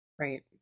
right